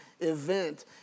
event